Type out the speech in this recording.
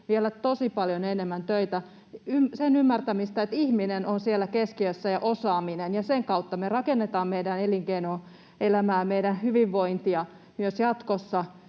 vielä tosi paljon enemmän töitä, sen ymmärtämistä, että ihminen ja osaaminen on siellä keskiössä ja sen kautta me rakennetaan meidän elinkeinoelämää ja meidän hyvinvointia myös jatkossa.